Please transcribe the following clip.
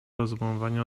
rozumowania